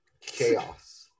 Chaos